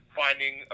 finding